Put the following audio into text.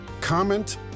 comment